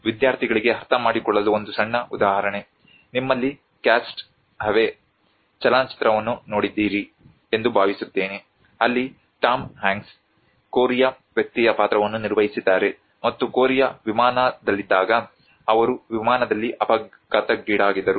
ವಿದ್ಯಾರ್ಥಿಗಳಿಗೆ ಅರ್ಥಮಾಡಿಕೊಳ್ಳಲು ಒಂದು ಸಣ್ಣ ಉದಾಹರಣೆ ನಿಮ್ಮಲ್ಲಿ ಕ್ಯಾಸ್ಟ್ ಅವೇ ಚಲನಚಿತ್ರವನ್ನು ನೋಡಿದ್ದೀರಿ ಎಂದು ಭಾವಿಸುತ್ತೇನೆ ಅಲ್ಲಿ ಟಾಮ್ ಹ್ಯಾಂಕ್ಸ್ ಕೊರಿಯಾ ವ್ಯಕ್ತಿಯ ಪಾತ್ರವನ್ನು ನಿರ್ವಹಿಸಿದ್ದಾರೆ ಮತ್ತು ಕೊರಿಯಾ ವಿಮಾನದಲ್ಲಿದ್ದಾಗ ಅವರು ವಿಮಾನದಲ್ಲಿ ಅಪಘಾತಕ್ಕೀಡಾದರು